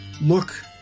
look